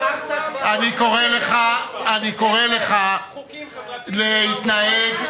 אני קורא לך להתנהג,